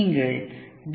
நீங்கள் டி